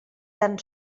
tan